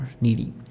needy